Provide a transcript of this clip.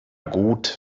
gut